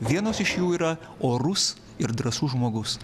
vienos iš jų yra orus ir drąsus žmogus